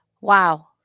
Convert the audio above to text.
wow